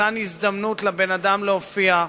מתן הזדמנות לבן-אדם להופיע,